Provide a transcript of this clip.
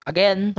Again